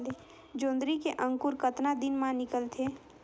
जोंदरी के अंकुर कतना दिन मां निकलथे?